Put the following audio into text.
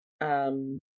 Um-